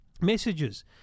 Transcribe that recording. messages